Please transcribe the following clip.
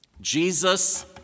Jesus